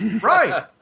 Right